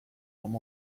enam